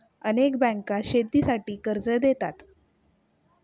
अनेक बँका शेतीसाठी कर्ज देतात